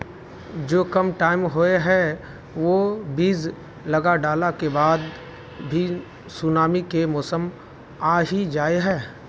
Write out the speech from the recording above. जो कम टाइम होये है वो बीज लगा डाला के बाद भी सुनामी के मौसम आ ही जाय है?